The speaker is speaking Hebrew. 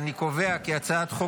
אני קובע כי הצעת חוק